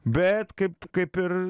bet kaip kaip ir